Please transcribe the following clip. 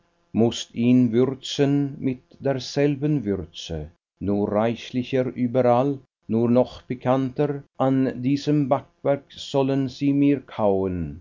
mußt ihn würzen mit derselben würze nur reichlicher überall nur noch pikanter an diesem backwerk sollen sie mir kauen